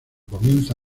comienza